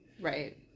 Right